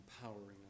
empowering